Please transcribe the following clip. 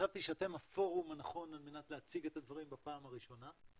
חשבתי שאתם הפורום הנכון על מנת להציג את הדברים בפעם הראשונה.